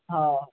हो